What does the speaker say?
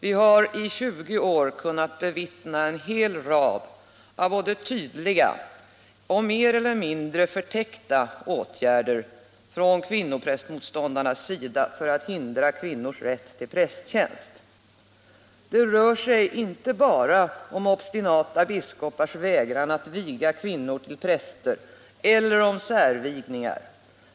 I snart 20 år har vi kunnat bevittna en hel rad av både tydliga och mer eller mindre förtäckta åtgärder från kvinnoprästmotståndarnas sida för att motarbeta kvinnors rätt till prästtjänst. Det rör sig inte bara om obstinata biskopars vägran att viga kvinnor till präster eller om särvigningar.